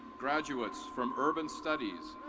graduates from urban studies.